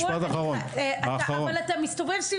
משפט האחרון --- אבל אתה מסתובב סביב